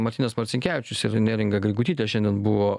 martynas marcinkevičius ir neringa grigutytė šiandien buvo